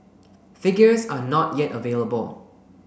figures are not yet available